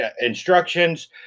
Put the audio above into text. instructions